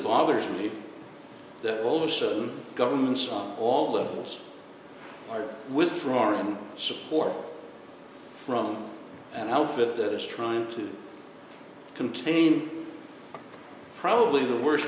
bothers me that all the sudden governments on all levels with foreign support from an outfit that is trying to contain probably the worst